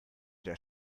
der